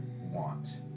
want